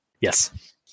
Yes